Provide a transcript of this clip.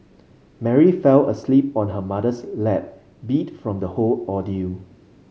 Mary fell asleep on her mother's lap beat from the whole ordeal